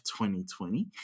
2020